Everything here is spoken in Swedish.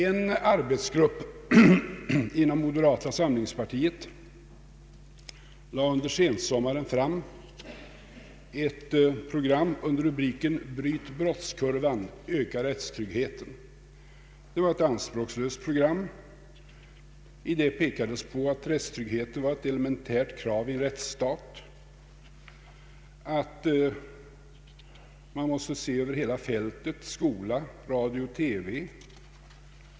En arbetsgrupp inom moderata samlingspartiet lade under sensommaren fram ett program under rubriken ”Bryt brottskurvan — öka rättstryggheten!” Det var ett anspråkslöst program. Däri pekades på att rättstryggheten var ett elementärt krav i en rättsstat och att man måste se över hela fältet även skola, radio och TV.